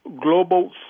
global